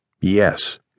yes